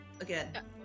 again